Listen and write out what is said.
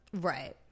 Right